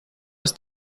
ist